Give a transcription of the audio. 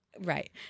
Right